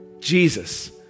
Jesus